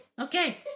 Okay